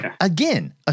again